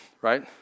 right